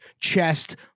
chest